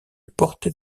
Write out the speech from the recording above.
portée